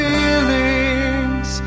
Feelings